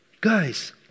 guys